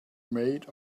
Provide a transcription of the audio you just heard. made